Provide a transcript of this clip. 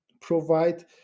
provide